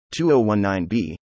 2019b